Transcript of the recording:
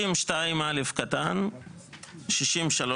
60(2)(א), 60(3)